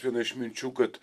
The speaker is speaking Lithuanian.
viena iš minčių kad